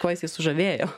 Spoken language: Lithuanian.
kuo jisai sužavėjo